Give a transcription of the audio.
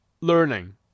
learning